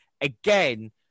Again